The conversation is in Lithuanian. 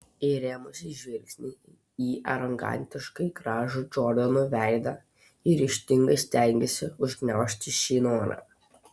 įrėmusi žvilgsnį į arogantiškai gražų džordano veidą ji ryžtingai stengėsi užgniaužti šį norą